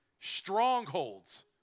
Strongholds